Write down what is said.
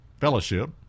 fellowship